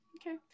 Okay